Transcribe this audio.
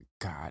God